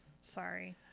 Sorry